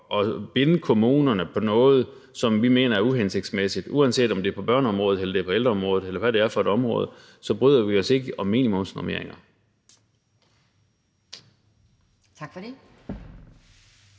at binde kommunerne op på noget, som vi mener er uhensigtsmæssigt. Uanset om det er på børneområdet, ældreområdet eller et hvilket som helst andet område, bryder vi os ikke om minimumsnormeringer. Kl.